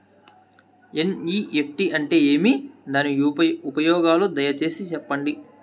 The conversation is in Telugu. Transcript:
ఎన్.ఇ.ఎఫ్.టి అంటే ఏమి? దాని ఉపయోగాలు దయసేసి సెప్పండి?